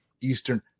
Eastern